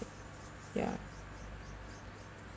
ya